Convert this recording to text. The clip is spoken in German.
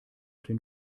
den